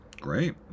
great